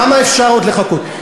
כמה אפשר עוד לחכות?